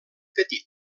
petit